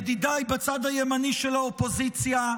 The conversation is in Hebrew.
ידידיי בצד הימני של האופוזיציה,